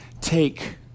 take